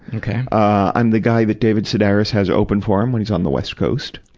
and okay. i'm the guy that david sedaris has open for him when he's on the west coast